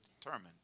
determined